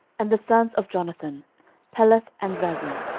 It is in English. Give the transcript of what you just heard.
and the sons of jonathan peleth, and zaza.